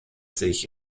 sich